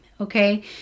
okay